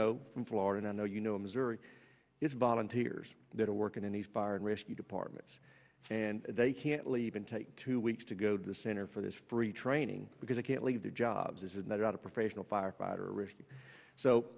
know from florida i know you know missouri it's volunteers that are working in these fire and rescue departments and they can't leave and take two weeks to go to the center for this free training because it can't leave their jobs and they're out of professional firefighter risk so